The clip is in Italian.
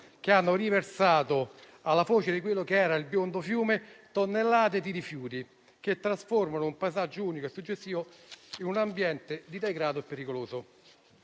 che hanno riversato alla foce di quello che era il biondo fiume tonnellate di rifiuti, che trasformano un paesaggio unico e suggestivo in un ambiente di degrado e pericoloso.